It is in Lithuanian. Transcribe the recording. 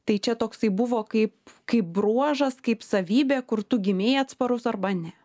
tai čia toksai buvo kaip kaip bruožas kaip savybė kur tu gimei atsparus arba ne